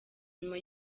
nyuma